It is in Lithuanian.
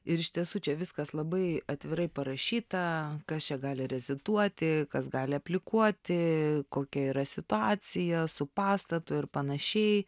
ir iš tiesų čia viskas labai atvirai parašyta kas čia gali reziduoti kas gali aplikuoti kokia yra situacija su pastatu ir panašiai